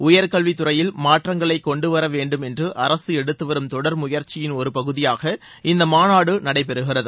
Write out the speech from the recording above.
உயர்கல்வித் துறையில் மாற்றங்களை கொண்டுவரவேண்டும் என்று அரசு எடுத்துவரும் தொடர் முயற்சியின் ஒருபகுதியாக இந்த மாநாடு நடைபெறுகிறது